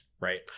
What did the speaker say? right